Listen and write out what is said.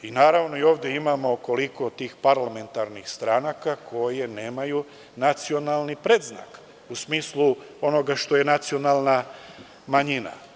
Naravno, i ovde imamo koliko tih parlamentarnih stranaka koje nemaju nacionalni predznak u smislu onoga što je nacionalna manjina.